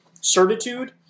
certitude